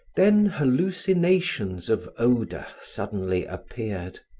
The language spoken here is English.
then hallucinations of odor suddenly appeared.